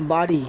বাড়ি